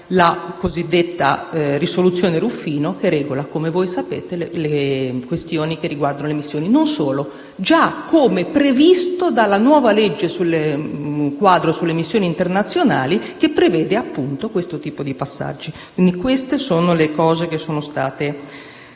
dalla cosiddetta risoluzione Ruffino che regola - come sapete - le questioni che riguardano le missioni; non solo, ma anche come previsto dalla nuova legge quadro sulle missioni internazionali, che prevede questo tipo di passaggi. Queste sono le votazioni che sono state